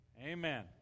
Amen